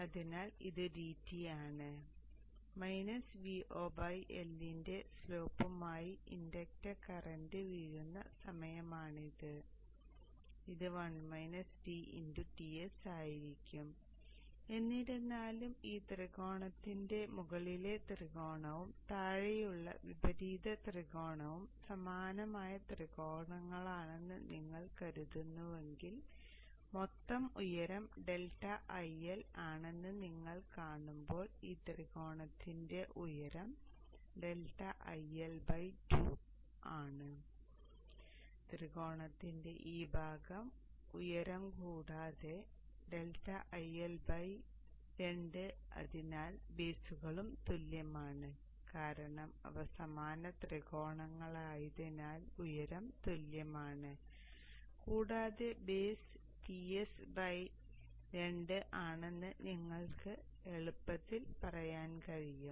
അതിനാൽ ഇത് dt ആണ് മൈനസ് Vo L ന്റെ സ്ലോപ്പുമായി ഇൻഡക്റ്റർ കറന്റ് വീഴുന്ന സമയമാണിത് അതിനാൽ ഇത് 1- d Ts ആയിരിക്കണം എന്നിരുന്നാലും ഈ ത്രികോണത്തിന്റെ മുകളിലെ ത്രികോണവും താഴെയുള്ള വിപരീത ത്രികോണവും സമാനമായ ത്രികോണങ്ങളാണെന്ന് നിങ്ങൾ കരുതുന്നുവെങ്കിൽ മൊത്തം ഉയരം ∆IL ആണെന്ന് നിങ്ങൾ കാണുമ്പോൾ ഈ ത്രികോണത്തിന്റെ ഉയരം ∆IL 2 ആണ് ത്രികോണത്തിന്റെ ഈ ഭാഗത്തിന്റെ ഉയരം കൂടാതെ ∆IL 2 അതിനാൽ ബേസുകളും തുല്യമാണ് കാരണം അവ സമാന ത്രികോണങ്ങളായതിനാൽ ഉയരം തുല്യമാണ് കൂടാതെ ബേസ് Ts 2 ആണെന്ന് നിങ്ങൾക്ക് എളുപ്പത്തിൽ പറയാൻ കഴിയും